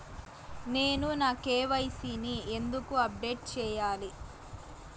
నేను నా కె.వై.సి ని ఎందుకు అప్డేట్ చెయ్యాలి?